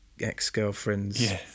ex-girlfriends